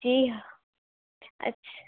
جی ہاں اچھا